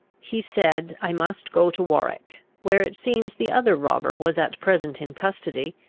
he said, i must go to warwick, where it seems the other robber was at present in custody,